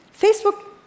Facebook